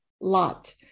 lot